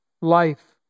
life